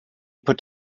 put